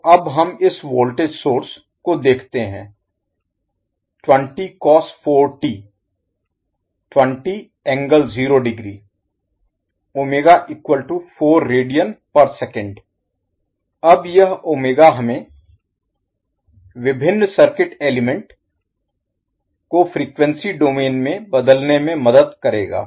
तो अब हम इस वोल्टेज सोर्स स्रोत Source को देखते हैं अब यह ω हमें विभिन्न सर्किट एलिमेंट तत्व Element को फ़्रीक्वेंसी डोमेन में बदलने में मदद करेगा